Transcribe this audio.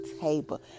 table